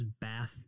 bath